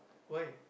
why